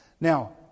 Now